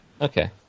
Okay